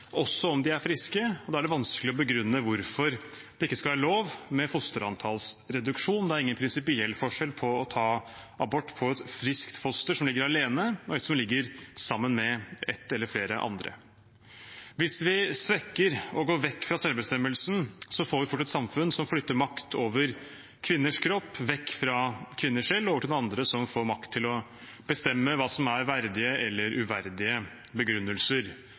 også om de er friske, og da er det vanskelig å begrunne hvorfor det ikke skal være lov med fosterantallsreduksjon. Det er ingen prinsipiell forskjell på å ta abort på et friskt foster som ligger alene, og et som ligger sammen med ett eller flere andre. Hvis vi svekker og går vekk fra selvbestemmelsen, får vi fort et samfunn som flytter makt over kvinners kropp vekk fra kvinner selv og over til noen andre, som får makt til å bestemme hva som er verdige eller uverdige begrunnelser.